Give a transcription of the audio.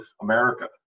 America